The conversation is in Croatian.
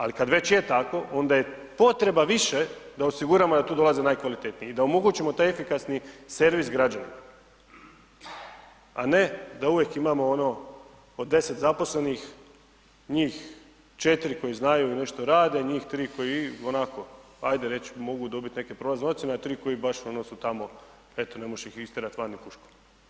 Ali kad već je tako onda je potreba više da osiguramo da tu dolaze najkvalitetniji i da omogućimo taj efikasni servis građanima a ne da uvijek imamo ono od 10 zaposlenih njih 4 koji znaju i nešto rade i njih 3 koji onako ajde reći mogu dobiti neke prolazne ocjene a 3 koji baš ono su tamo eto ne možeš ih istjerati van ni puškom.